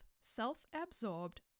self-absorbed